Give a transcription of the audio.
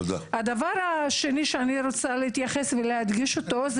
דבר נוסף שאני רוצה להדגיש אותו זה